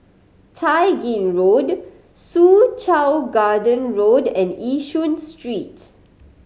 Tai Gin Road Soo Chow Garden Road and Yishun Street